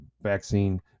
vaccine